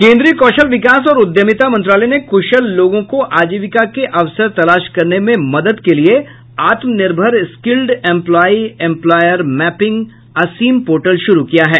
केन्द्रीय कौशल विकास और उद्यमिता मंत्रालय ने कुशल लोगों को आजीविका के अवसर तलाश करने में मदद के लिए Aatmanirbhar skilled employee employer mapping Aseem portal शुरू किया है